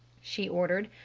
she ordered.